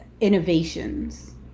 innovations